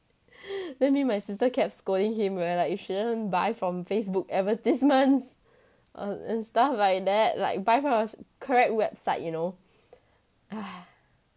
then me and my sister kept scolding him we are like you shouldn't buy from facebook advertisements and stuff like that like buy from correct website you know